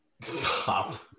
Stop